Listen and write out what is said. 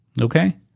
Okay